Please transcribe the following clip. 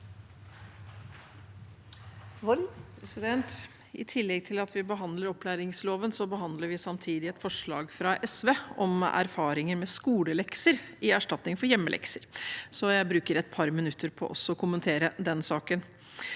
I tillegg til at vi be- handler opplæringsloven, behandler vi samtidig et forslag fra SV om erfaringer med skolelekser som erstatning for hjemmelekser, så jeg bruker et par minutter på å kommentere den saken.